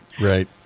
Right